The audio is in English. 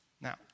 Now